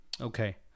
Okay